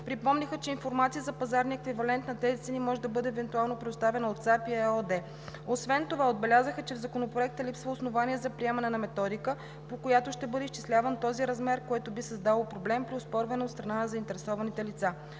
Припомниха, че информация за пазарния еквивалент на тези цени може да бъде евентуално предоставена от САПИ ЕООД. Освен това отбелязаха, че в Законопроекта липсва основание за приемане на методика, по която ще бъде изчисляван този размер, което би създало проблем при оспорване от страна на заинтересованите лица.